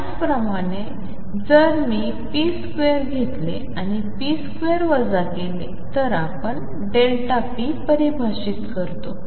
त्याचप्रमाणे जर मी ⟨p2⟩घेतले आणि ⟨p2⟩वजा केले तर आपण p परिभाषित करतो